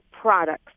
products